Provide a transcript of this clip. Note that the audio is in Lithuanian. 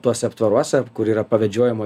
tuose aptvaruose kur yra pavedžiojimo